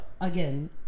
again